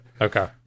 Okay